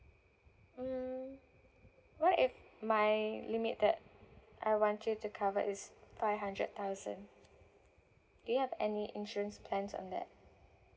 mm what if my limit that I want you to cover is five hundred thousand do you have any insurance plans on that